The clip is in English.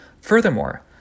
Furthermore